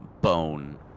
bone